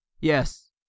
Yes